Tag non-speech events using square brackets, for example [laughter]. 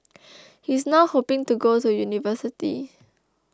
[noise] he is now hoping to go to university